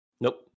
Nope